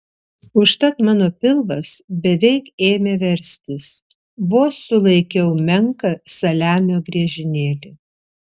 užtat mano pilvas beveik ėmė verstis vos sulaikiau menką saliamio griežinėlį